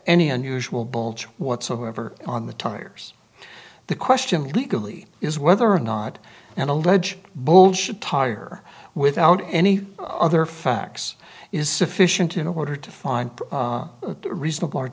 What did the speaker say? any unusual bulge whatsoever on the tires the question legally is whether or not and allege bullshit tire without any other facts is sufficient in order to find reasonable